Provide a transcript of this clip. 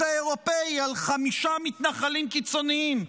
האירופי על חמישה מתנחלים קיצוניים,